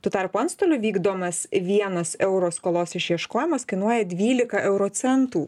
tuo tarpu antstolių vykdomas vienas euro skolos išieškojimas kainuoja dvylika euro centų